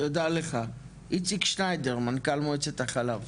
תודה לך, איציק שניידר מנכ"ל מועצת החלב.